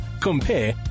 compare